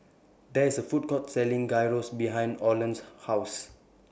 There IS A Food Court Selling Gyros behind Oland's House